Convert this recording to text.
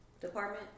Department